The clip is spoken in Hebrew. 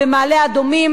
במעלה-אדומים